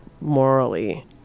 morally